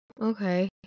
Okay